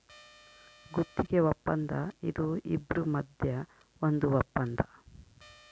ಗುತ್ತಿಗೆ ವಪ್ಪಂದ ಇದು ಇಬ್ರು ಮದ್ಯ ಒಂದ್ ವಪ್ಪಂದ